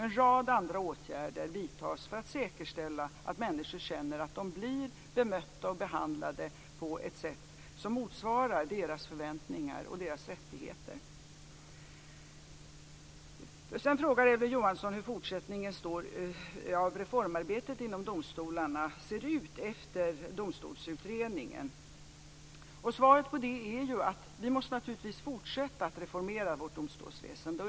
En rad andra åtgärder vidtas för att säkerställa att människor känner att de blir behandlade och bemötta på ett sätt som motsvarar deras förväntningar och deras rättigheter. Sedan frågar Elver Jonsson hur fortsättningen av reformarbetet inom domstolarna ser ut efter Domstolsutredningen. Svaret på det är att vi naturligtvis måste fortsätta att reformera vårt domstolsväsende.